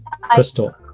Crystal